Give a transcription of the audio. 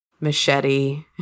machete